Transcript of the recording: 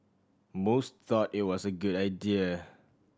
most thought it was a good idea